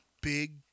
big